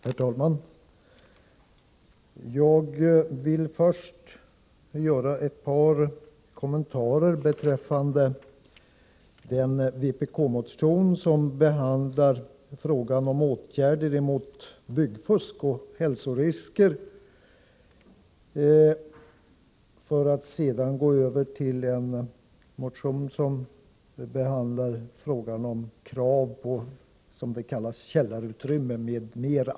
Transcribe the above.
Herr talman! Jag vill först göra ett par kommentarer beträffande den vpk-motion som behandlar frågan om åtgärder mot byggfusk och hälsorisker, för att sedan gå över till att beröra en motion som behandlar krav på vad som kallas källarutrymmen m.m.